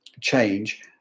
change